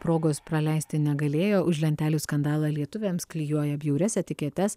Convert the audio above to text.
progos praleisti negalėjo už lentelių skandalą lietuviams klijuoja bjaurias etiketes